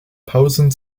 pausen